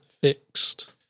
fixed